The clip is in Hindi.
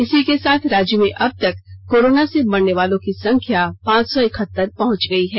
इसी के साथ राज्य में अबतक कोरोना से मरने वालों की संख्या पांच सौ इकहतर पहुंच गई है